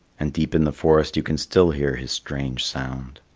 and deep in the forest you can still hear his strange sound.